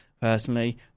personally